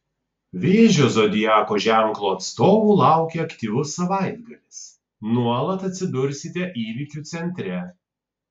vėžio zodiako ženklo atstovų laukia aktyvus savaitgalis nuolat atsidursite įvykių centre